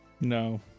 No